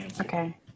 Okay